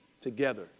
together